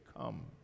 come